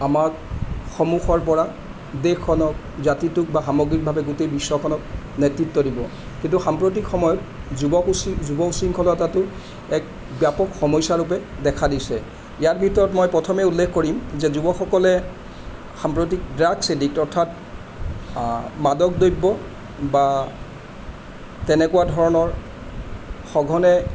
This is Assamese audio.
আমাক সন্মুখৰপৰা দেশখনক জাতিটোক বা সামগ্ৰীকভাৱে গোটেই বিশ্বখনক নেতৃত্ব দিব কিন্তু সাম্প্ৰতিক সময়ত যুৱ উশৃং যুৱ উশৃংখলতাটো এক ব্যাপক সমস্যাৰূপে দেখা দিছে ইয়াৰ ভিতৰত মই প্ৰথমে উল্লেখ কৰিম যে যুৱকসকলে সাম্প্ৰতিক ড্ৰাগছ এডিক্ট অৰ্থাৎ মাদক দ্ৰব্য বা তেনেকুৱা ধৰণৰ সঘনে